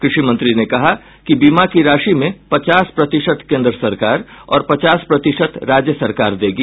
कृषि मंत्री ने कहा कि बीमा की राशि में पचास प्रतिशत केंद्र सरकार और पचास प्रतिशत राज्य सरकार देगी